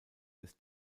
des